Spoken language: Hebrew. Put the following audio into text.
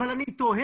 אבל אני תוהה